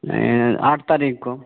नहीं आठ तारीख़ को